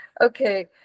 okay